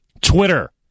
Twitter